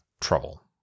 trouble